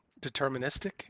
deterministic